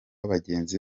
bagenzi